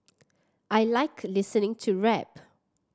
I like listening to rap